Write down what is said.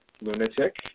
lunatic